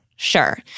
Sure